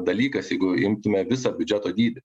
dalykas jeigu imtumėm visą biudžeto dydį